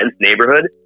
neighborhood